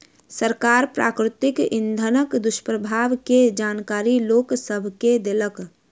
सरकार प्राकृतिक इंधनक दुष्प्रभाव के जानकारी लोक सभ के देलक